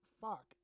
fuck